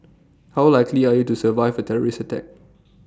how likely are you to survive A terrorist attack